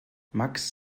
max